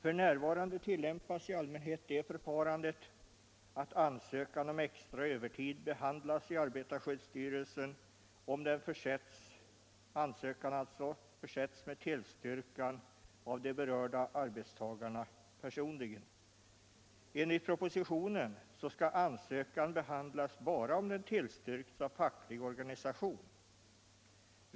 F.n. tillämpas i allmänhet det förfarandet att ansökan om extra övertid behandlas i arbetarskyddsstyrelsen om den försetts med tillstyrkan av de berörda arbetstagarna personligen. Enligt propositionen skall ansökan behandlas bara om den tillstyrkts av facklig organisation.